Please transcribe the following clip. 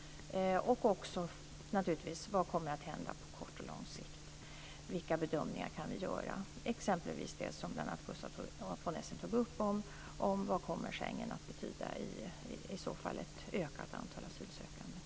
Vi kommer naturligtvis också att tala om vad som kommer att hända på kort och lång sikt och om vilka bedömningar vi kan göra. Det handlar exempelvis om det som bl.a. Gustaf von Essen tog upp om vad Schengen kommer att betyda när det gäller ett ökat antal asylsökande.